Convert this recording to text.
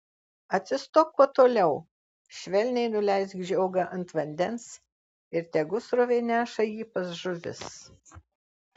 atsistok kuo toliau švelniai nuleisk žiogą ant vandens ir tegu srovė neša jį pas žuvis